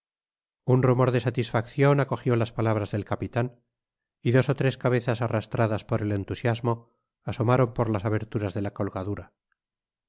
un rumor de satisfaccion acogió las palabras del capitan y dos ó tres cabezas arrastradas por el entusiasmo asomaron por las aberturas de la colgadura